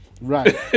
right